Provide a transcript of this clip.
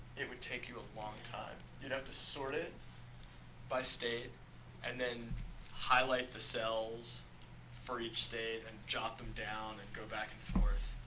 it would take you a long time. you'd have to sort it by state and then highlight the cells for each state, and jot them down and go back and forth.